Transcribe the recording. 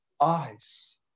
Eyes